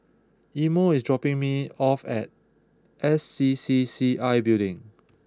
Imo is dropping me off at S C C C I Building